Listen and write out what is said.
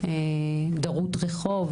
דרות רחוב